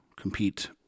compete